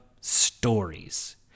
stories